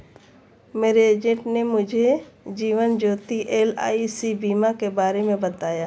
मेरे एजेंट ने मुझे जीवन ज्योति एल.आई.सी बीमा के बारे में बताया